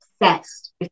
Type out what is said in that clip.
obsessed